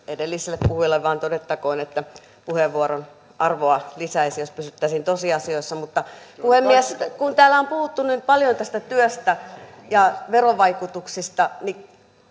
edelliselle puhujalle vain todettakoon että puheenvuoron arvoa lisäisi jos pysyttäisiin tosiasioissa puhemies kun täällä on puhuttu niin paljon työstä ja verovaikutuksista niin